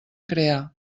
crear